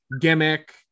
gimmick